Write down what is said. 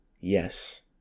yes